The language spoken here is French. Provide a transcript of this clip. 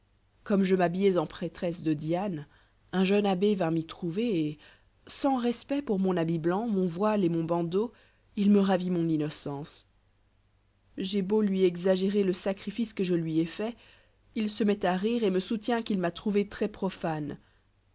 comme je m'habillois en prêtresse de diane un jeune abbé vint m'y trouver et sans respect pour mon habit blanc mon voile et mon bandeau il me ravit mon innocence j'ai beau exagérer le sacrifice que je lui ai fait il se met à rire et me soutient qu'il m'a trouvée